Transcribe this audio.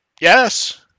yes